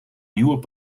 nieuwe